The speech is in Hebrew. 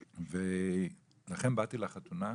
"לכן באתי לחתונה,